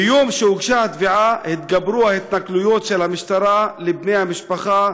מיום שהוגשה התביעה גברו ההתנכלויות של המשטרה לבני המשפחה,